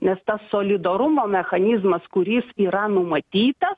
nes tas solidarumo mechanizmas kuris yra numatytas